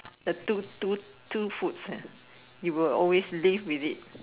the two two two foods ah you will always live with it